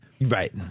Right